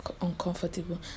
uncomfortable